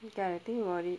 gotta think about it